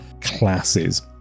classes